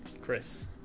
Chris